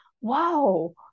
wow